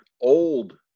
old